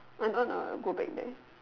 I wanna go back there